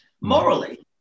Morally